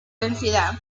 densidad